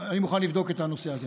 אני מוכן לבדוק את הנושא הזה.